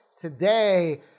Today